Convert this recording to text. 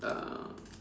uh